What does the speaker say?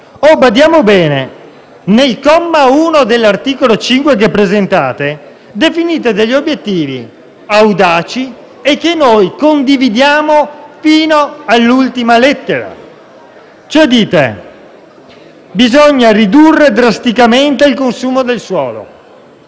Si badi bene che nel comma 1 dell'articolo 5 che presentate, definite degli obiettivi audaci e che noi condividiamo fino all'ultima lettera. Dite infatti che bisogna ridurre drasticamente il consumo del suolo,